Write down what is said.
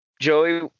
joey